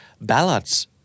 Ballots